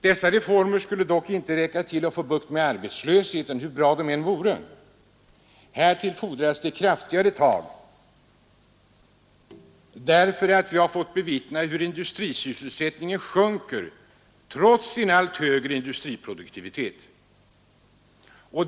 Dessa reformer skulle dock inte räcka till för att få bukt med arbetslösheten, hur bra det än vore. Härtill fordras kraftigare tag, därför att vi har fått bevittna hur industrisysselsättningen sjunker trots en allt högre industriproduktivitet.